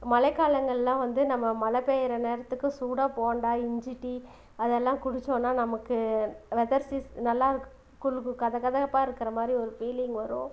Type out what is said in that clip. மழை காலங்கள் எல்லாம் வந்து நம்ம மழை பெய்கிற நேரத்துக்கு சூடாக போண்டா இஞ்சி டீ அதெல்லாம் குடிச்சோன்னா நமக்கு வெதர் சீசன் நல்லா இருக் கத கதப்பாக இருக்கிற மாதிரி ஒரு ஃபீலிங் வரும்